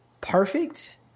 perfect